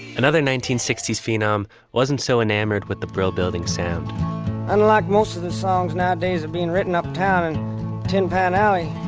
another nineteen sixty s phenom wasn't so enamored with the brill building sound unlike most of the songs nowadays being written uptown and tin pan alley,